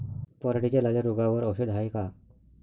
पराटीच्या लाल्या रोगावर औषध हाये का?